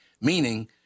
meaning